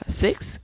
six